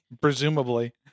Presumably